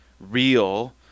real